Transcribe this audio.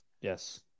yes